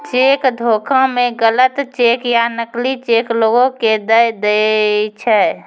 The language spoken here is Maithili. चेक धोखा मे गलत चेक या नकली चेक लोगो के दय दै छै